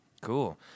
Cool